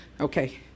Okay